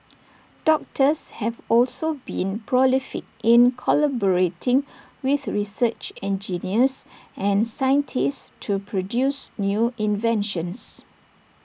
doctors have also been prolific in collaborating with research engineers and scientists to produce new inventions